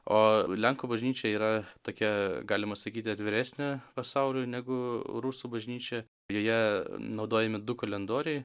o lenkų bažnyčia yra tokia galima sakyti atviresnė pasauliui negu rusų bažnyčia joje naudojami du kalendoriai